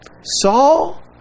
Saul